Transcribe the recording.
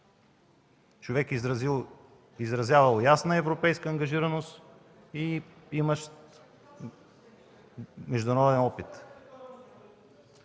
човек, изразявал ясна европейска ангажираност и имащ международен опит.